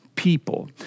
people